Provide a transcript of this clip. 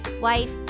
wife